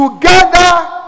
together